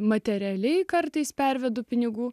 materialiai kartais pervedu pinigų